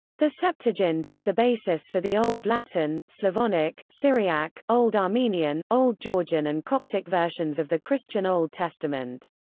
the septuagint is the basis for the old latin, slavonic, syriac, old armenian, old georgian and coptic versions of the christian old testament.